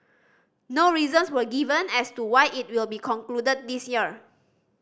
no reasons were given as to why it will be concluded this year